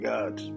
God